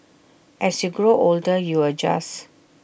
as you grow older you adjust